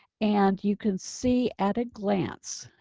and you can see at a glance,